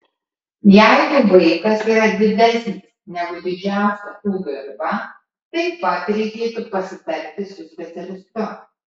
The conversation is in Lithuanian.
jeigu vaikas yra didesnis negu didžiausia ūgio riba taip pat reikėtų pasitarti su specialistu